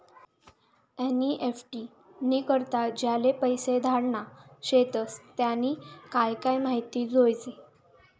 NEFT नी करता ज्याले पैसा धाडना शेतस त्यानी काय काय माहिती जोयजे